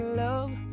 love